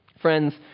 Friends